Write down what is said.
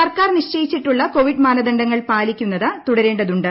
സർക്കാർ നിശ്ചയിച്ചിട്ടുള്ള കോവിഡ് മാനദണ്ഡങ്ങൾ പാലിക്കുന്നത് തുടരേണ്ടതുണ്ട്